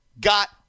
got